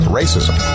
racism